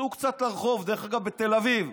צאו קצת לרחוב, דרך אגב, בתל אביב.